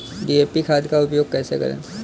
DAP खाद का उपयोग कैसे करें?